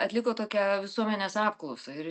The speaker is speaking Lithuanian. atliko tokią visuomenės apklausą ir